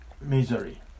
misery